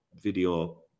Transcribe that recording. video